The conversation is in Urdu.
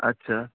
اچھا